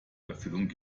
erfüllung